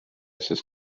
sest